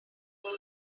know